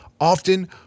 Often